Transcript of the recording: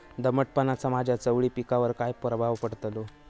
दमटपणाचा माझ्या चवळी पिकावर काय प्रभाव पडतलो?